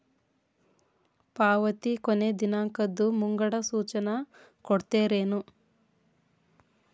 ಪಾವತಿ ಕೊನೆ ದಿನಾಂಕದ್ದು ಮುಂಗಡ ಸೂಚನಾ ಕೊಡ್ತೇರೇನು?